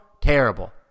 terrible